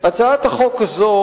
הצעת החוק הזו